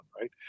right